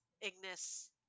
Ignis